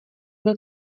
byl